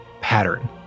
pattern